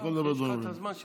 אז